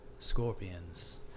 Scorpions